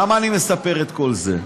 למה אני מספר את כל זה,